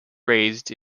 raised